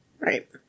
Right